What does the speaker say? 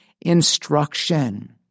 instruction